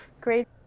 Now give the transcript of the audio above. great